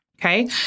Okay